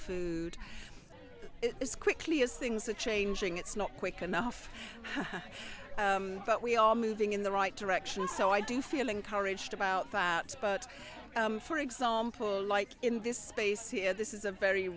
food it's quickly as things are changing it's not quick enough but we are moving in the right direction so i do feel encouraged about that but for example like in this space here this is a very